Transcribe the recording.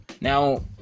Now